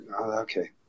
Okay